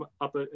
up